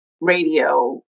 radio